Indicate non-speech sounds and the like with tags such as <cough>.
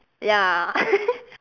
ya <laughs>